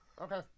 Okay